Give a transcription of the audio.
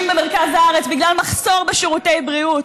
במרכז הארץ בגלל מחסור בשירותי בריאות,